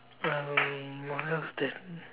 um one of them